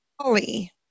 Holly